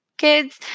kids